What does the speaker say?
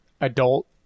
adult